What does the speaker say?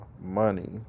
money